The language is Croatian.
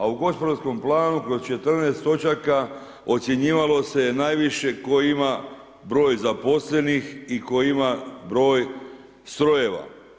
A u gospodarskom planu kroz 14 točaka ocjenjivalo se je najviše tko ima broj zaposlenih i tko ima broj strojeva.